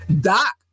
doc